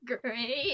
Great